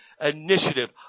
initiative